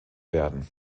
werden